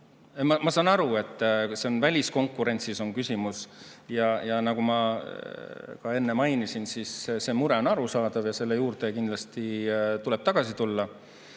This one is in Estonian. Ma saan aru, et küsimus on väliskonkurentsis. Ja nagu ma ka enne mainisin, see mure on arusaadav ja selle juurde kindlasti tuleb tagasi tulla.